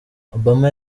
obama